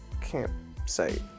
campsite